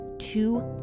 two